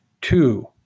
Two